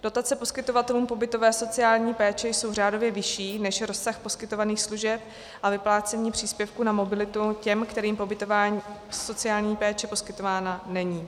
Dotace poskytovatelům pobytové sociální péče jsou řádově vyšší než rozsah poskytovaných služeb a vyplácení příspěvků na mobilitu těm, kterým pobytová sociální péče poskytována není.